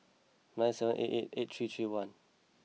nine seven eight eight eight three three one